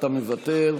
אתה מוותר,